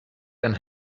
and